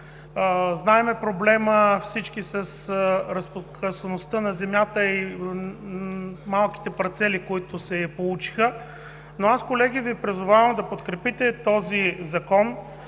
знаем проблема с разпокъсаността на земята и малките парцели, които се получиха. Колеги, аз призовавам да подкрепите този закон,